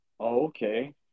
Okay